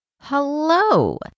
Hello